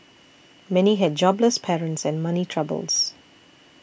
many had jobless parents and money troubles